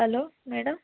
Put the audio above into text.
hello madam